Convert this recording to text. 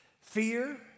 fear